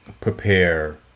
prepare